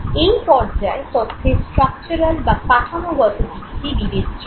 এই পর্যায়ে তথ্যের স্ট্রাকচারাল বা কাঠামোগত দিকটি বিবেচ্য হয়